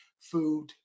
food